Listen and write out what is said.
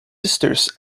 sisters